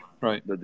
right